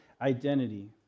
identity